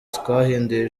twahinduye